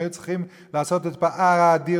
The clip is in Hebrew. היו צריכים לעשות את הפער האדיר,